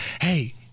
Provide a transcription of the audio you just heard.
hey